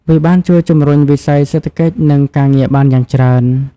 វាបានជួយជំរុញវិស័យសេដ្ឋកិច្ចនិងការងារបានយ៉ាងច្រើន។